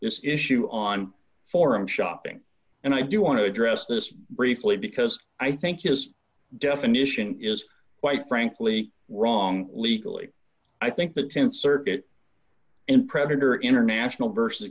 this issue on forum shopping and i do want to address this briefly because i think it is definition is quite frankly wrong legally i think the th circuit in predator international versus